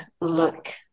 look